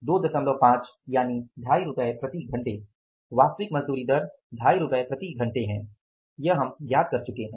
25 रुपये प्रति घंटे वास्तविक मजदूरी दर 25 रुपये प्रति घंटे है यह अब हम ज्ञात कर चुके हैं